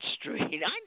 street